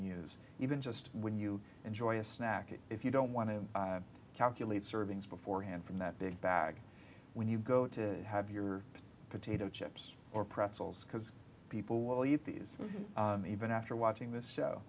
use even just when you enjoy a snack if you don't want to calculate servings beforehand from that big bag when you go to have your potato chips or pretzels because people will you please even after watching this show